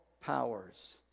powers